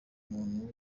buntu